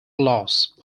loss